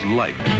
life